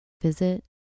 Visit